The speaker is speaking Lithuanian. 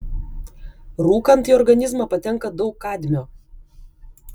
rūkant į organizmą patenka daug kadmio